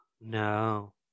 No